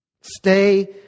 Stay